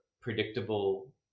predictable